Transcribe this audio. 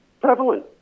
prevalent